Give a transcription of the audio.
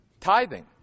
Tithing